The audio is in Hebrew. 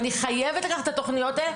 אני חייבת לקחת את התוכניות האלה,